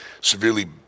severely